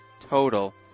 total